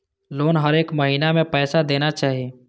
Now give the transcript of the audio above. Loan हरेक महीना में पैसा देना चाहि?